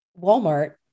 walmart